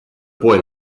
boy